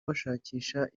bashakisha